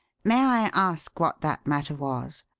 may i ask what that matter was?